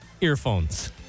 earphones